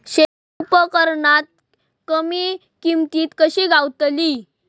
शेती उपकरणा कमी किमतीत कशी गावतली?